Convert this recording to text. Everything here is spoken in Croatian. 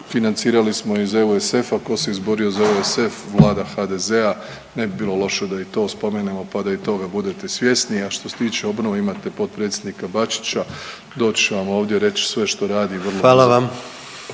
financirali smo iz EUSF-a, ko se izborio za EUSF, Vlada HDZ-a, ne bi bilo loše da i to spomenemo, pa i da toga budete svjesni. A što se tiče obnove imate potpredsjednika Bačića, doći će vam ovdje i reći sve što radi…/Upadica